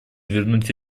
вернуть